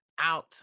out